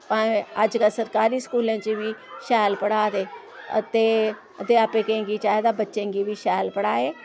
भाएं अज्जकल सरकारी स्कूलें च बी शैल पढ़ा दे ते अध्यापकें गी चाहिदा बच्चें गी बी शैल पढ़ाए